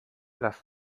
lass